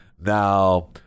Now